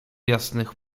jasnych